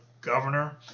governor